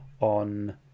on